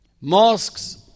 Mosques